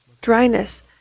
dryness